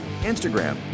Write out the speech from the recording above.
instagram